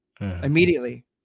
immediately